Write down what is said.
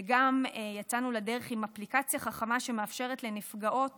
וגם יצאנו לדרך עם אפליקציה חכמה שמאפשרת לנפגעות